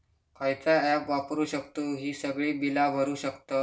खयचा ऍप वापरू शकतू ही सगळी बीला भरु शकतय?